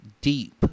Deep